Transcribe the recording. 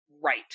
Right